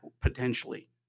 potentially